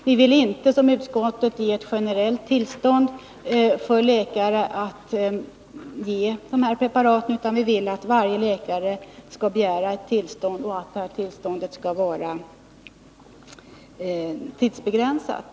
Vi vill inte som utskottet ge ett generellt tillstånd för läkare att ge de här preparaten, utan vi menar att varje läkare skall begära ett tillstånd och att det tillståndet skall vara tidsbegränsat.